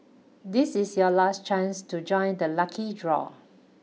this is your last chance to join the lucky draw